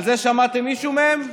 על זה שמעת מישהו מהם?